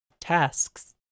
tasks